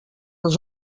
els